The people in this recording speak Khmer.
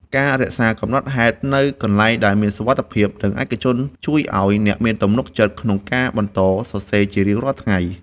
ការរក្សាកំណត់ហេតុនៅកន្លែងដែលមានសុវត្ថិភាព និងឯកជន ជួយឱ្យអ្នកមានទំនុកចិត្តក្នុងការបន្តសរសេរជារៀងរាល់ថ្ងៃ។